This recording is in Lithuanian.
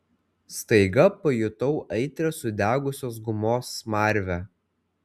staiga pajutau aitrią sudegusios gumos smarvę